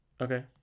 Okay